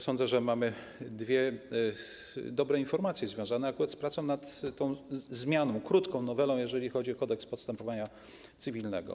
Sądzę, że mamy dwie dobre informacje związane akurat z pracą nad tą zmianą, krótką nowelą, jeżeli chodzi o Kodeks postępowania cywilnego.